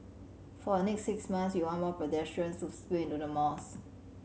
for the next six months we want more pedestrians to spill into the malls